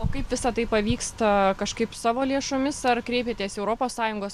o kaip visa tai pavyksta kažkaip savo lėšomis ar kreipėtės europos sąjungos